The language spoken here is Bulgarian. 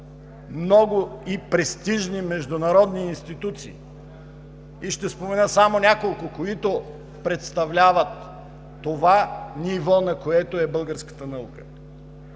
много и престижни международни институции. Ще спомена само няколко, които представляват това ниво, на което е българската наука.